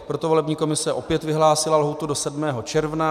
Proto volební komise opět vyhlásila lhůtu do 7. června.